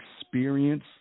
experience